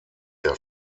der